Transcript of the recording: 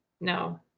No